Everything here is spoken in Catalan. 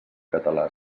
català